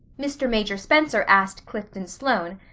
mr. major spencer asked clifton sloane,